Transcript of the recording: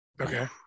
Okay